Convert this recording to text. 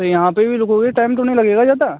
तो यहाँ पे भी तो कोई टाइम तो नहीं लगेगा ज़्यादा